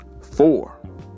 Four